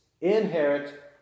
inherit